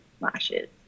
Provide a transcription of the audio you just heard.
lashes